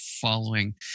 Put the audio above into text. following